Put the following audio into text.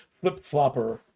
flip-flopper